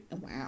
Wow